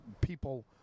people